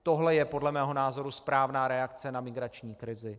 Tohle je podle mého názoru správná reakce na migrační krizi.